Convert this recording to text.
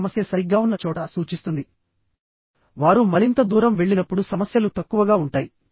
కానీ net area ఈ section నుండి తీసుకుంటే తక్కువగా ఉంటుంది